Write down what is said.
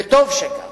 וטוב שכך,